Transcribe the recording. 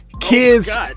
kids